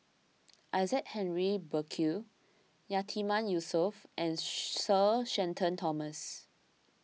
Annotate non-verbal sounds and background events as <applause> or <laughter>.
Isaac Henry Burkill Yatiman Yusof and <hesitation> Sir Shenton Thomas